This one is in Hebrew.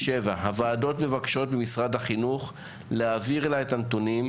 הוועדות מבקשות ממשרד החינוך להעביר לה את הנתונים,